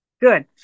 Good